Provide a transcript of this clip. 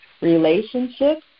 relationships